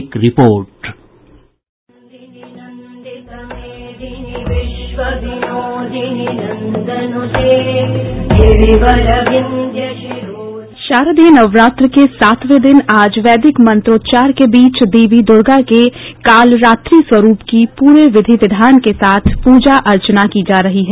एक report sound bite शारदीय नवरात्र के सातवें दिन आज वैदिक मंत्रोच्चार के बीच देवी दुर्गा के कालरात्रि स्वरूप की पूरे विधि विधान के साथ पूजा अर्चना की जा रही है